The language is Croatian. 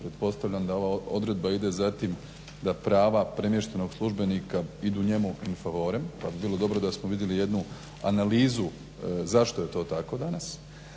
pretpostavljam da ova odredba ide za tim da prava premještenog službenika idu njemu in favorem, a bi bilo dobro da smo vidjeli jednu analizu zašto je to tako danas,